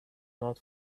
not